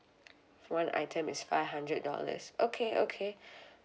for one item is five hundred dollars okay okay